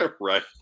Right